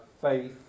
faith